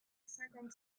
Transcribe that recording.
cinquante